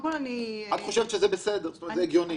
את חושבת שזה בסדר, שזה הגיוני?